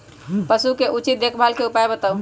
पशु के उचित देखभाल के उपाय बताऊ?